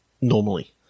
normally